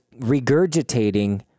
regurgitating